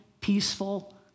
peaceful